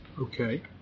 Okay